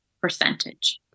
percentage